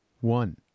One